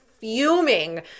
fuming